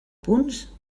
punts